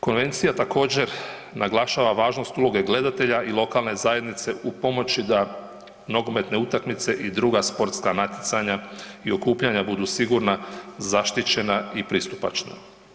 Konvencija također, naglašava važnost uloge gledatelja i lokalne zajednice u pomoći da nogometne utakmice i druga sportska natjecanja i okupljanja budu sigurna, zaštićena i pristupačna.